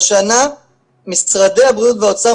השנה משרדי הבריאות והאוצר,